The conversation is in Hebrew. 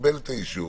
קיבל את האישור.